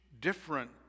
different